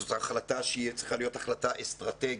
וזאת החלטה שצריכה להיות החלטה אסטרטגית,